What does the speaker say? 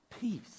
peace